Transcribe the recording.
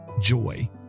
joy